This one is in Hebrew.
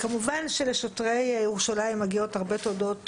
כמובן שלשוטרי ירושלים מגיעות הרבה תודות